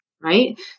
Right